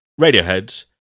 Radiohead